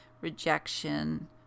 rejection